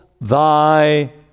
thy